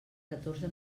catorze